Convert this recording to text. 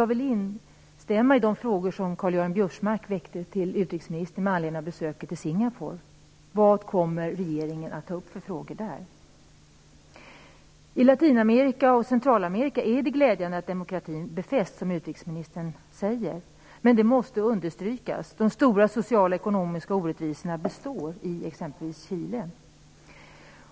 Jag vill instämma i de frågor som Karl-Göran Biörsmark väckte till utrikesministern med anledning av besöket i Singapore. Vilka frågor kommer regeringen att ta upp? Det är glädjande att demokratin i Latinamerika och Centralamerika befästs, som utrikesministern säger. Men det måste understrykas att de stora sociala och ekonomiska orättvisorna består i exempelvis Chile.